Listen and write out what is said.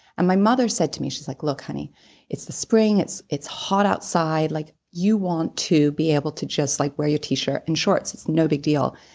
and my mother said to me. she's like, look, honey it's the spring. it's it's hot outside. like you want to be able to just like wear your t-shirt and shorts it's no big deal.